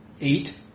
eight